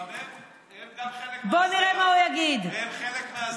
הם גם חלק מההסדרה.